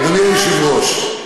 אדוני היושב-ראש,